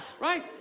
right